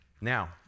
Now